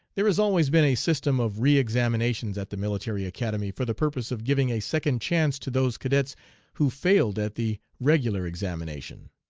there has always been a system of re-examinations at the military academy for the purpose of giving a second chance to those cadets who failed at the regular examination.